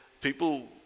People